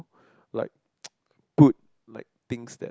like put like things that